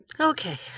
Okay